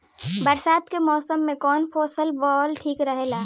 बरसात के मौसम में कउन फसल बोअल ठिक रहेला?